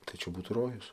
tai čia būtų rojus